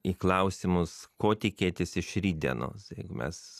į klausimus ko tikėtis iš rytdienos jeigu mes